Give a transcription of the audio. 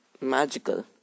magical